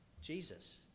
Jesus